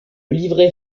livret